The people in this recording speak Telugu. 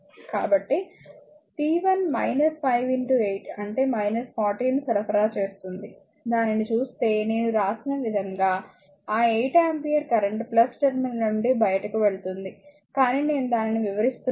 కాబట్టి p 1 5 8 అంటే 40 ను సరఫరా చేస్తుంది దానిని చుస్తే నేను వ్రాసిన విధంగా ఆ 8 ఆంపియర్ కరెంట్ టెర్మినల్ నుండి బయటకు వెళుతుంది కానీ నేను దానిని వివరిస్తున్నాను